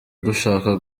dushaka